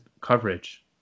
coverage